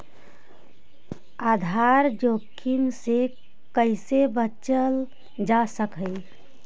आधार जोखिम से कइसे बचल जा सकऽ हइ?